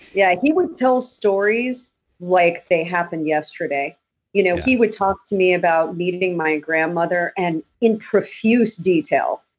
yeah. he would tell stories like they happened yesterday yeah you know he would talk to me about meeting my grandmother, and in profuse detail.